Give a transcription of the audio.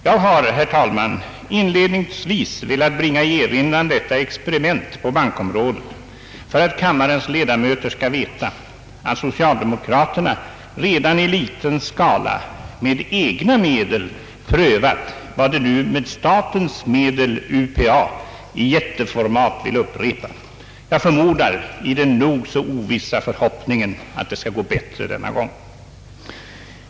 Jag har, herr talman, inledningsvis velat bringa i erinran detta experiment på bankområdet för att kammarens ledamöter skall veta att socialdemokraterna redan i liten skala med egna medel prövat vad de nu med statens medel u. p. a. i jätteformat vill upprepa, jag förmodar i den nog så ovissa förhoppningen att det skall gå bättre denna gång.